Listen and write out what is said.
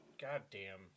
goddamn